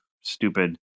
stupid